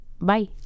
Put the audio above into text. Bye